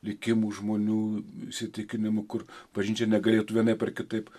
likimų žmonių įsitikinimų kur bažnyčia negalėtų vienaip ar kitaip